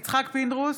יצחק פינדרוס,